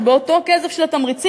שאותו כסף של התמריצים,